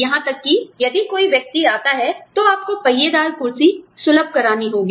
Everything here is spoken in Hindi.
यहां तक कि यदि कोई व्यक्ति आता है तो आपको पहियेदार कुर्सी सुलभ करानी होगी